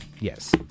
Yes